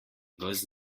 ves